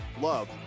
love